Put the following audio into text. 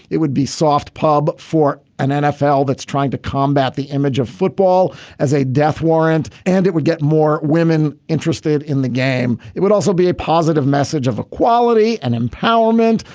it would be soft pub for an nfl that's trying to combat the image of football as a death warrant and it would get more women interested in the game. it would also be a positive message of equality and empowerment.